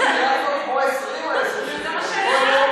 זה נראה כמו 20 שנים, עשר השנים.